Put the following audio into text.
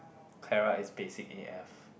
Kyra is basic a_f